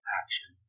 action